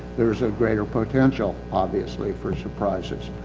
there's a greater potential obviously for surprises.